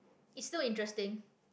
it's still interesting